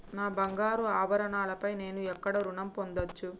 నా బంగారు ఆభరణాలపై నేను ఎక్కడ రుణం పొందచ్చు?